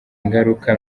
ingaruka